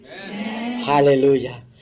Hallelujah